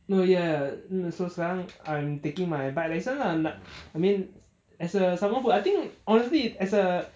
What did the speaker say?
oh ya err so sekarang I'm taking my bike license lah like I mean as a someone who I think honestly as a